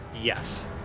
Yes